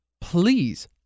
please